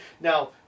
Now